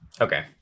okay